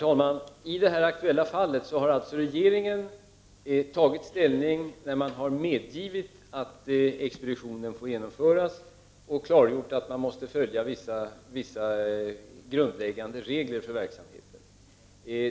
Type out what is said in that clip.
Herr talman! I det aktuella fallet har regeringen alltså tagit ställning när den har medgivit att expeditionen får genomföras och klargjort att man måste följa vissa grundläggande regler för verksamheten.